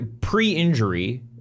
pre-injury